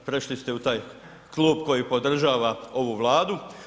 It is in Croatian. Prešli ste u taj klub koji podržava ovu Vladu.